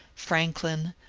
franklin,